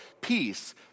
peace